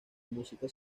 música